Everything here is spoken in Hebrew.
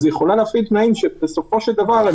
אז היא יכולה להפעיל תנאים שבסופו של דבר הם